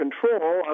control